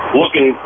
looking